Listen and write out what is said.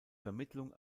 vermittlung